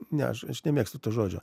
ne aš nemėgstu to žodžio